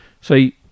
see